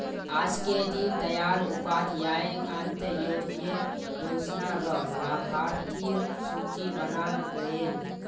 आजके दीन दयाल उपाध्याय अंत्योदय योजना र लाभार्थिर सूची बनाल गयेल